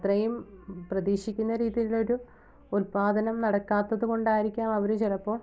അത്രയും പ്രതീക്ഷിക്കുന്ന രീതിയിൽ ഒരു ഉൽപാദനം നടക്കാത്തതുകൊണ്ടായിരിക്കാം അവര് ചിലപ്പോൾ